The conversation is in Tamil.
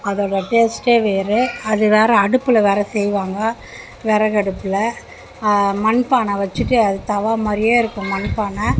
அதோட டேஸ்ட்டே வேறு அது வேறு அடுப்பில் வேறு செய்வாங்க விறகு அடுப்பில் மண்பானை வெச்சுட்டு அது தவா மாதிரியே இருக்கும் மண்பானை